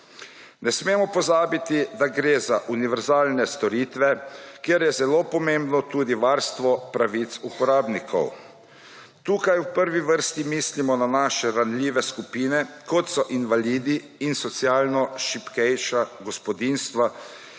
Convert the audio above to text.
Ne smemo pozabiti, da gre za univerzalne storitve, kjer je zelo pomembno tudi varstvo pravic uporabnikov. Tukaj v prvi vrsti mislimo na naše ranljive skupine, kot so invalidi in socialno šibkejša gospodinjstva,